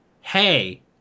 Hey